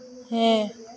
ᱦᱮᱸ